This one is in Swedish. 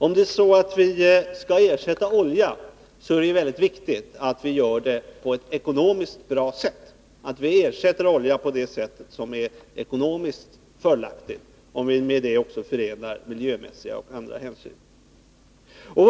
Om vi skall ersätta olja är det mycket viktigt att göra det på ett sätt som är ekonomiskt fördelaktigt, om vi med det också förenar miljömässiga och andra hänsyn.